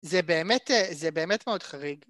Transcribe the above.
זה באמת מאוד חריג